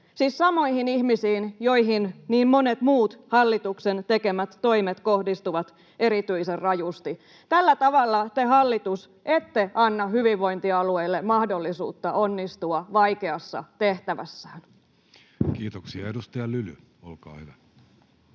siis samoihin ihmisiin, joihin niin monet muut hallituksen tekemät toimet kohdistuvat erityisen rajusti. Tällä tavalla te, hallitus, ette anna hyvinvointialueille mahdollisuutta onnistua vaikeassa tehtävässään. Kiitoksia. — Edustaja Lyly, olkaa hyvä.